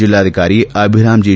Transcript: ಜೆಲ್ಲಾಧಿಕಾರಿ ಅಭಿರಾಮ್ ಜಿ